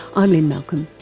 i'm lynne malcolm,